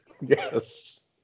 Yes